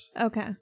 Okay